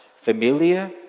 familiar